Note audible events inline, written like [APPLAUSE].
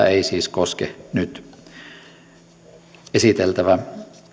[UNINTELLIGIBLE] ei siis koske nyt esiteltävä laki